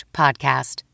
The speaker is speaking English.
podcast